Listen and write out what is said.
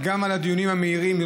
גם על הדיונים המהירים,